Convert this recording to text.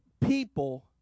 people